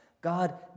God